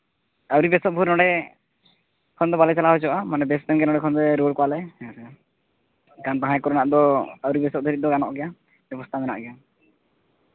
ᱟᱹᱣᱨᱤ ᱵᱮᱥᱚᱜ ᱵᱷᱳᱨ ᱱᱚᱰᱮ ᱮᱱᱠᱷᱚᱱ ᱫᱚ ᱵᱟᱞᱮ ᱪᱟᱞᱟᱣ ᱦᱚᱪᱚᱣᱟᱜᱼᱟ ᱢᱟᱱᱮ ᱵᱮᱥ ᱠᱟᱛᱮᱱ ᱜᱮ ᱱᱚᱰᱮ ᱠᱷᱚᱱ ᱨᱩᱣᱟᱹᱲ ᱠᱚᱣᱟᱞᱮ ᱮᱱᱠᱷᱟᱱ ᱛᱟᱦᱮᱸ ᱠᱚᱨᱮᱱᱟᱜ ᱫᱚ ᱟᱹᱣᱨᱤ ᱵᱮᱥᱚᱜ ᱫᱷᱟᱹᱨᱤᱡ ᱫᱚ ᱢᱮᱱᱟᱜ ᱜᱮᱭᱟ ᱵᱮᱵᱚᱥᱛᱷᱷᱟ ᱢᱮᱱᱟᱜ ᱜᱮᱭᱟ